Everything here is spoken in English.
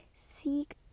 seek